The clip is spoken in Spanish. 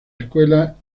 escuela